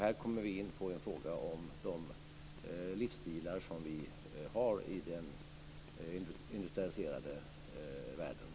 Här kommer vi in på frågan om de livsstilar som vi har i den industrialiserade världen.